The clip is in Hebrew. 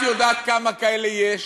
את יודעת כמה כאלה יש